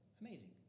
Amazing